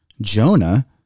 Jonah